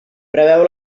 preveu